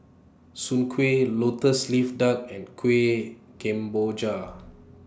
Soon Kueh Lotus Leaf Duck and Kueh Kemboja